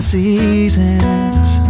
seasons